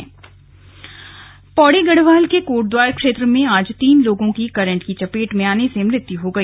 current मृत्यु पौड़ी गढ़वाल के कोटद्वार क्षेत्र में आज तीन लोगों की करंट की चपेट में आने से मृत्यु हो गई